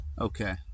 Okay